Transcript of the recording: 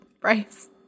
Bryce